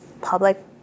public